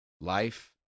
life